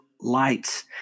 lights